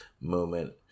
moment